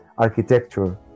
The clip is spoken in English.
architecture